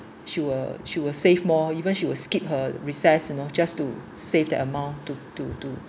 she will she will save more even she will skip her recess you know just to save that amount to to to